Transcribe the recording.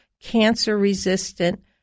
cancer-resistant